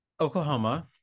Oklahoma